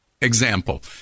example